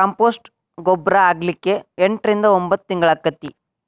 compost ಗೊಬ್ಬರ ಆಗ್ಲಿಕ್ಕೆ ಎಂಟರಿಂದ ಒಂಭತ್ ತಿಂಗಳಾಕ್ಕೆತಿ